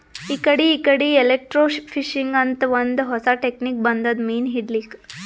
ಇಕಡಿ ಇಕಡಿ ಎಲೆಕ್ರ್ಟೋಫಿಶಿಂಗ್ ಅಂತ್ ಒಂದ್ ಹೊಸಾ ಟೆಕ್ನಿಕ್ ಬಂದದ್ ಮೀನ್ ಹಿಡ್ಲಿಕ್ಕ್